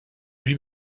lui